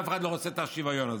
אף אחד לא רוצה את השוויון הזה.